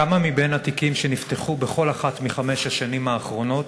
כמה מהתיקים שנפתחו בכל אחת מחמש השנים האחרונות